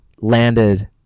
landed